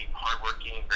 hardworking